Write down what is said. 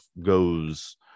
goes